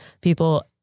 People